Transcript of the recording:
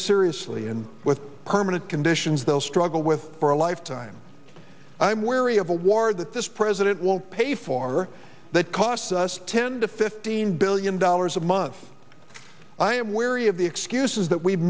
seriously and with permanent conditions they'll struggle with for a lifetime i'm wary of a war that this president will pay for or that costs us ten to fifteen billion dollars a month i am wary of the excuses that we